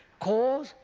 cause,